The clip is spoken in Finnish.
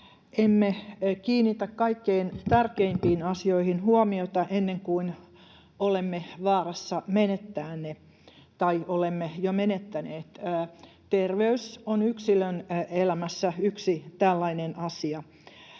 emme kiinnitä kaikkein tärkeimpiin asioihin huomiota ennen kuin olemme vaarassa menettää ne — tai olemme jo menettäneet. Terveys on yksilön elämässä yksi tällainen asia,